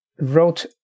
wrote